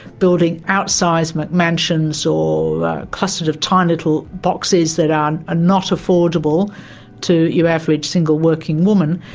building outsized mcmansions or clusters of tiny little boxes that are not affordable to your average single working woman,